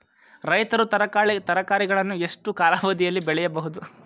ರೈತರು ತರಕಾರಿಗಳನ್ನು ಎಷ್ಟು ಕಾಲಾವಧಿಯಲ್ಲಿ ಬೆಳೆಯಬಹುದು?